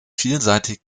vielseitig